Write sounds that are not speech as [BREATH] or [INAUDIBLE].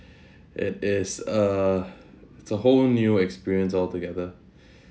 [BREATH] it is a it's a whole new experience altogether [BREATH]